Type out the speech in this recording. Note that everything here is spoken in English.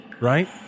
right